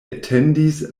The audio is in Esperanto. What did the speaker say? etendis